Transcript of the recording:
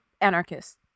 anarchists